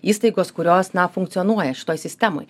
įstaigos kurios na funkcionuoja šitoj sistemoj